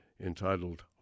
entitled